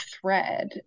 thread